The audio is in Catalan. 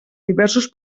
diversos